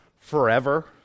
forever